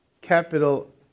capital